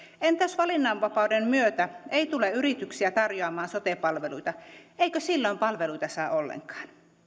entä jos valinnanvapauden myötä ei tule yrityksiä tarjoamaan sote palveluita eikö silloin palveluita saa ollenkaan